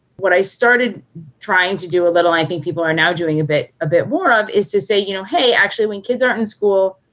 what i started trying to do a little, i think people are now doing a bit a bit more up is to say, you know, hey, actually when kids aren't in school,